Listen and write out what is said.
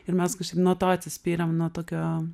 ir mes kažkaip nuo to atsispyrėm nuo tokio